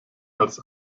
als